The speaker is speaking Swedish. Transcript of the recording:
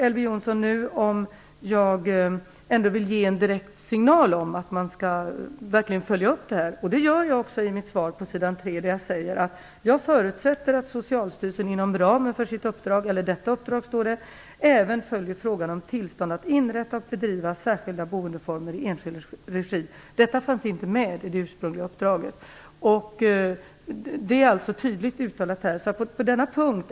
Elver Jonsson frågar om jag vill ge en direkt signal om att detta verkligen följs upp, vilket jag också gör på s. 3 i mitt svar: "Jag förutsätter att Socialstyrelsen inom ramen för detta uppdrag även följer frågan om tillstånd att inrätta och bedriva särskilda boendeformer i enskild regi." Detta fanns inte med i det ursprungliga uppdraget. Men detta är alltså tydligt uttalat i svaret.